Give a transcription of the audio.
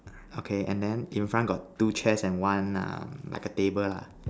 okay and then in front got two chairs and one err like a table lah